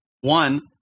One